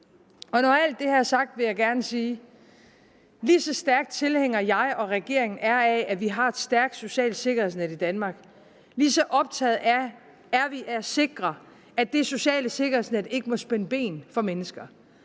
på. Når alt det her er sagt, vil jeg gerne sige, at lige så stærk tilhænger, jeg og regeringen er af, at vi har et stærkt socialt sikkerhedsnet i Danmark, lige så optaget er vi at sikre, at det sociale sikkerhedsnet ikke må spænde ben for mennesker.